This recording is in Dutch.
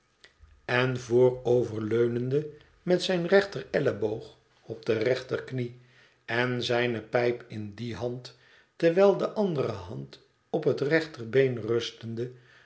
en vooroverleunende met zijn rechterelleboog op de rechterknie en zijne pijp in die hand terwijl de andere hand op het rechterbeen rustende